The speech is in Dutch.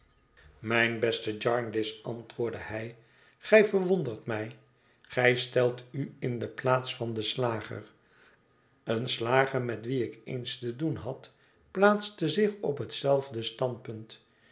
mijn beste jarndyce antwoordde hij gij verwondert mij gij stelt u in de plaats van den slager een slager met wien ik eens te doen had plaatste zich op hetzelfde standpunt